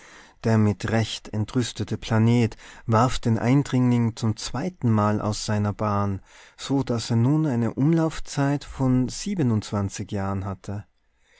der mit recht entrüstete planet warf den eindringling zum zweitenmal aus seiner bahn so daß er nun eine umlaufzeit von sieben jahren hatte